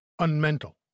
unmental